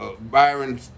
Byron